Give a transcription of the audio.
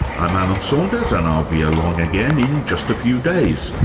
i'm alan saunders, and i'll be along again in just a few days,